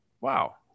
wow